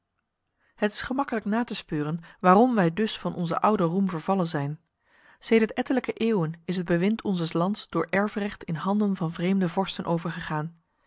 het is gemakkelijk na te speuren waarom wij dus van onze oude roem vervallen zijn sedert ettelijke eeuwen is het bewind onzes lands door erfrecht in handen van vreemde vorsten overgegaan